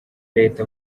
leta